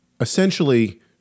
essentially